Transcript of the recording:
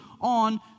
on